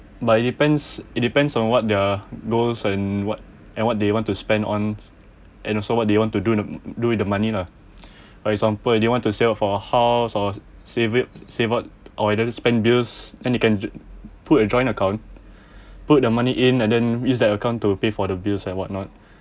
but it depends it depends on what their goals and what and what they want to spend on and also what they want to do to do with the money lah for example if they want to sell for house or save it save up or you doesn't spend bills and you can put a joint account put the money in and then use that account to pay for the bills and whatnot